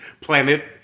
Planet